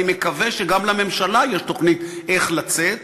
אני מקווה שגם לממשלה יש תוכנית איך לצאת,